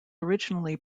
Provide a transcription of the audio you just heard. originally